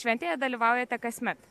šventėje dalyvaujate kasmet